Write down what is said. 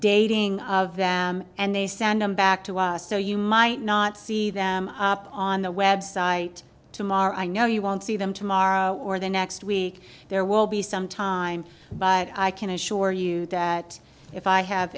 dating of them and they send them back to us so you might not see them on the website tomorrow i know you won't see them tomorrow or the next week there will be some time but i can assure you that if i have